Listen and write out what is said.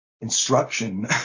instruction